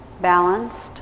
balanced